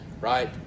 right